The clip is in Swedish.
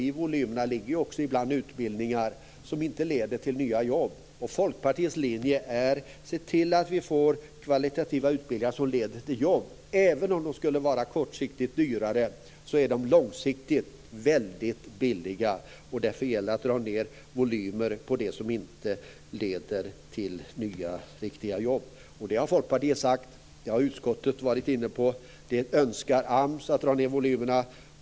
I volymerna ligger också ibland utbildningar som inte leder till nya jobb. Folkpartiets linje är att vi skall se till att få kvalitativa utbildningar som leder till jobb. Även om de kortsiktigt skulle vara dyrare är de långsiktigt väldigt billiga. Därför gäller det att dra ned volymerna på sådana åtgärder som inte leder till nya, riktiga jobb. Detta har Folkpartiet sagt. Utskottet har varit inne på det, och även AMS önskar dra ned volymerna.